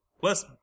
Plus